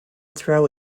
throw